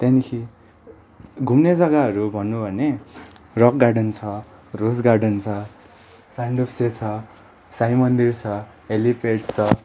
त्यहाँदेखि घुम्ने जग्गाहरू भन्नु भने रक गार्डन छ रोज गार्डन छ सानडुप्चे छ साई मन्दिर छ हेलिप्याड छ